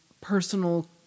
personal